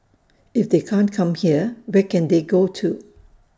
if they can't come here where can they go to